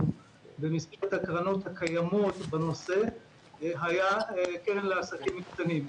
במסגרת הקרנות הקיימות בנושא היה קרן לעסקים קטנים.